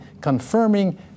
confirming